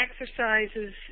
exercises